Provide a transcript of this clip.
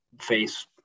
face